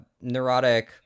neurotic